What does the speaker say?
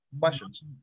questions